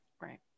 right